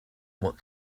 what